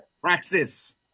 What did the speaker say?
praxis